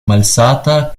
malsata